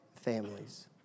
families